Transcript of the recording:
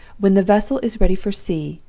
when the vessel is ready for sea,